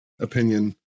opinion